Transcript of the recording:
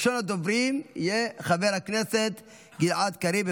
ראשון הדוברים יהיה חבר הכנסת גלעד קריב.